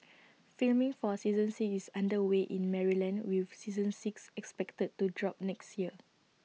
filming for season six is under way in Maryland with season six expected to drop next year